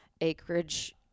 acreage